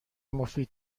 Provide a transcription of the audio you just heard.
مفید